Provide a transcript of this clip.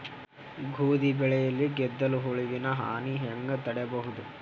ಗೋಧಿ ಬೆಳೆಯಲ್ಲಿ ಗೆದ್ದಲು ಹುಳುವಿನ ಹಾನಿ ಹೆಂಗ ತಡೆಬಹುದು?